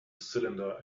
cylinder